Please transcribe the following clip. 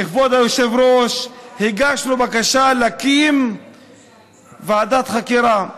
כבוד היושב-ראש, הגשנו בקשה להקים ועדת חקירה.